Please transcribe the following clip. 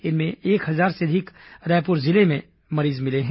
इनमें एक हजार से अधिक रायपुर जिले में मिले हैं